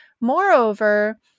Moreover